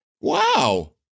wow